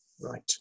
Right